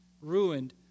ruined